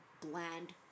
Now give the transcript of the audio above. bland